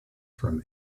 from